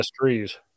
trees